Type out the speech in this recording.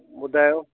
ॿुधायो